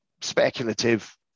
speculative